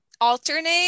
alternate